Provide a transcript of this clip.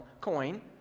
coin